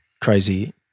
crazy